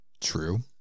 True